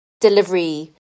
delivery